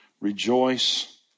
rejoice